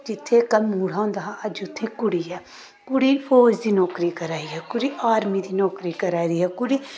जित्थै कदें मुड़ा होंदा हा अज्ज उत्थै कुड़ी ऐ कुड़ी फौज दी नौकरी करा दी ऐ कुड़ी आर्मी दी नौकरी करा दी ऐ कुड़ी